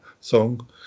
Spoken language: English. song